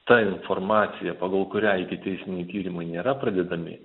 ta informacija pagal kurią ikiteisminiai tyrimai nėra pradedami